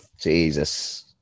Jesus